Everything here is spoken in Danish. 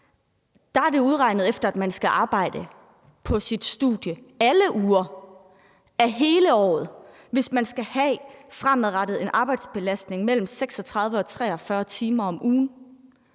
dér, er det udregnet efter, at man skal arbejde på sit studie alle uger hele året, hvis man fremadrettet skal have en arbejdsbelastning på mellem 36 og 43 timer om ugen.